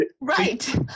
Right